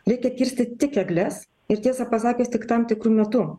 reikia kirsti tik egles ir tiesą pasakius tik tam tikru metu